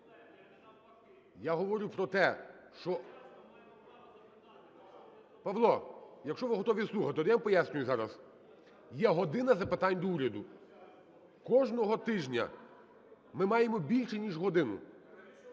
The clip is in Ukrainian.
Я говорю про те, що… (Шум у залі) Павло! Якщо ви готові слухати, то я вам пояснюю зараз. Є "година запитань до Уряду". Кожного тижня ми маємо більше ніж годину.